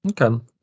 okay